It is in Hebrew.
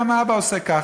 גם האבא עושה ככה,